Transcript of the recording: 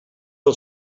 del